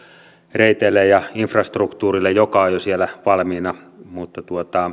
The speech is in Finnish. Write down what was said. reiteille ja infrastruktuurille joka on jo siellä valmiina mutta